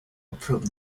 approved